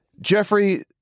Jeffrey